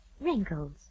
wrinkles